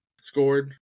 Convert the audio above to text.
scored